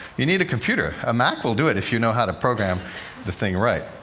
you need a computer, a mac will do it, if you know how to program the thing right,